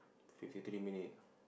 fifty three minute